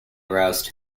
aroused